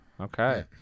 Okay